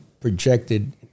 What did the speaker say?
projected